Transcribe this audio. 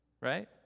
Right